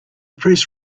press